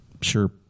sure